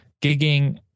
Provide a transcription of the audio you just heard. gigging